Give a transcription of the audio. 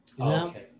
Okay